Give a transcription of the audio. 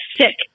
sick